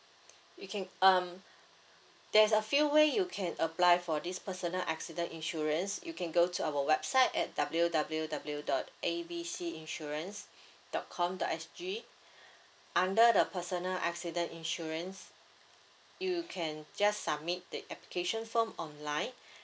you can um there's a few way you can apply for this personal accident insurance you can go to our website at W W W dot A B C insurance dot com dot S G under the personal accident insurance you can just submit the application form online